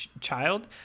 child